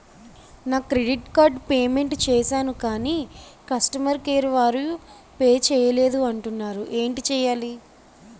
నా credit card payment చేసాను కాని కస్టమర్ కేర్ వారు పే చేయలేదు అంటున్నారు ఏంటి చేయాలి?